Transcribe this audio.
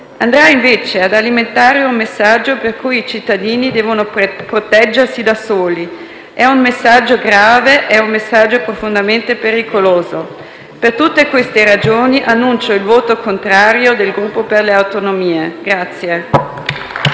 andrà invece ad alimentare un messaggio per cui i cittadini devono proteggersi da soli. È un messaggio grave e profondamente pericoloso. Per tutte queste ragioni, annuncio il voto contrario del Gruppo per le Autonomie.